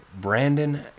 Brandon